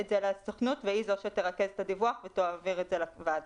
זה לסוכנות והיא זו שתרכז את הדיווח ותעביר את זה לוועדה.